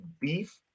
beef